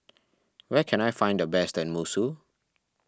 where can I find the best Tenmusu